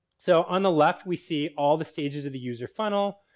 so, on the left we see all the stages of the user funnel.